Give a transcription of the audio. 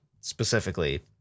specifically